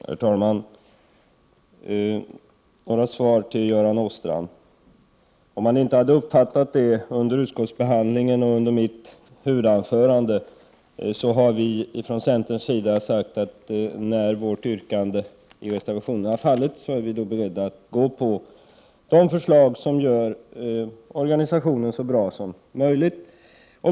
Herr talman! Några svar till Göran Åstrand. Göran Åstrand uppfattade tydligen inte under utskottsbehandlingen och av mitt huvudanförande att vi från centerns sida har sagt att när vårt yrkande i reservationen har fallit är vi beredda att ansluta oss till de förslag som gör organisationen så bra som möjligt.